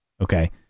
Okay